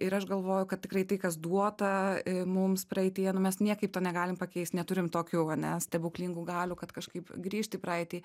ir aš galvoju kad tikrai tai kas duota mums praeityje nu mes niekaip to negalim pakeist neturim tokių ane stebuklingų galių kad kažkaip grįžt į praeitį